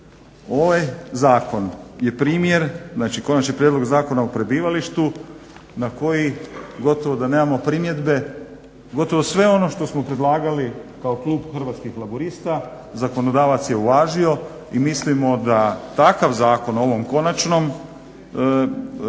Ovaj zakon je primjer, znači Konačni prijedlog zakona o prebivalištu na koji gotovo da nemamo primjedbe, gotovo sve ono što smo predlagali kao klub Hrvatskih laburista zakonodavac je uvažio i mislimo da takav zakon u ovom konačnom tekstu